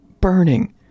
burning